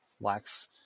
lacks